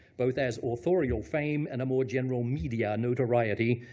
both as authorial fame, and a more general media notoriety,